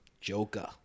Joker